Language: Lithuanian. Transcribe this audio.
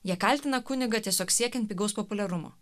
jie kaltina kunigą tiesiog siekiant pigaus populiarumo